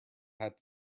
had